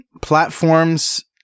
platforms